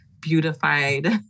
beautified